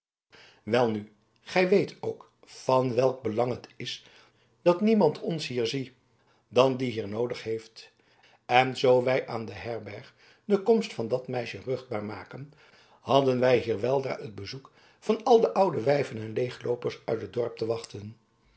welnu gij weet ook van welk belang het is dat niemand ons hier zie dan die hier noodig heeft en zoo wij aan de herberg de komst van dat meisje ruchtbaar maakten hadden wij hier weldra het bezoek van al de oude wijven en leegloopers uit het dorp te wachten